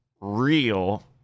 real